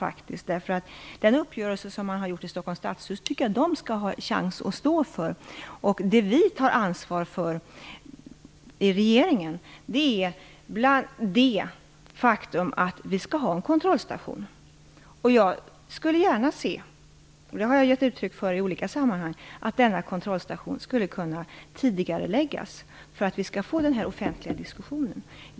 De som har gjort en uppgörelse i Stockholms stadshus måste få en chans att stå för den. I regeringen tar vi ansvar för det faktum att det skall finnas en kontrollstation. Jag skulle gärna se, och det har jag gett uttryck för i olika sammanhang, att kontrollstationen skulle tidigareläggas så att vi kan få en offentlig diskussion.